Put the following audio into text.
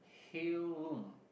heirloom